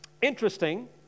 Interesting